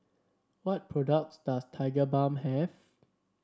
what products does Tigerbalm have